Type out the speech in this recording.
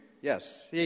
Yes